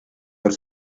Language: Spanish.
por